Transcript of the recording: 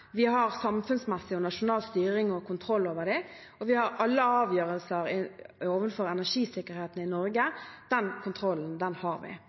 Vi har samfunnsmessig og nasjonal styring og kontroll over dem, og i alle avgjørelser som gjelder energisikkerheten i Norge, har vi kontroll. Så er det opp til oss å lage den energipolitikken vi